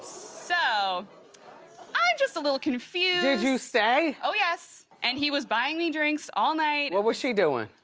so i'm just a little confused. did you stay? oh, yes. and he was buying me drinks all night. what was she doing?